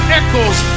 echoes